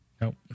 Nope